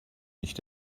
nicht